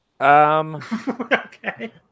okay